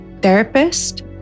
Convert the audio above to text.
therapist